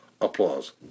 Applause